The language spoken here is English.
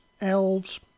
elves